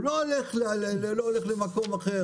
הוא לא הולך למקום אחר.